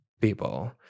people